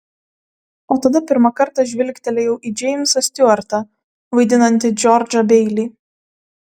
o tada pirmą kartą žvilgtelėjau į džeimsą stiuartą vaidinantį džordžą beilį